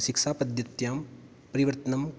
शिक्षापद्धत्यां परिवर्तनं